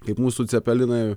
kaip mūsų cepelinai